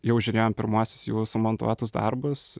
jau žiūrėjom pirmuosius jų sumontuotus darbus